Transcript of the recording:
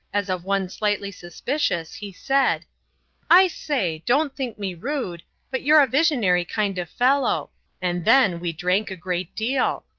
as of one slightly suspicious, he said i say, don't think me rude but you're a visionary kind of fellow and then we drank a great deal.